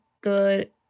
good